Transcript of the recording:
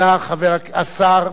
אלא השר,